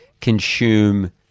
consume